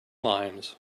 limes